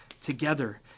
together